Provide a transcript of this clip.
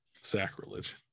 sacrilege